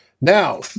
Now